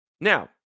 Now